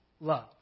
love